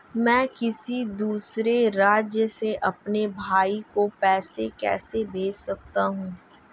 मैं किसी दूसरे राज्य से अपने भाई को पैसे कैसे भेज सकता हूं?